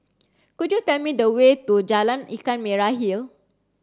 could you tell me the way to Jalan Ikan Merah Hill